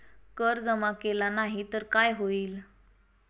कर जमा केला नाही तर काय होईल?